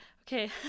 okay